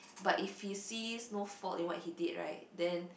but if he sees no fault in what he did right then